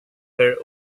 her